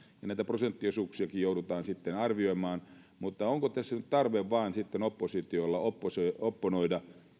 ja näitä prosenttiosuuksiakin joudutaan sitten arvioimaan mutta onko tässä nyt tarve vain sitten oppositiolla oppositiolla opponoida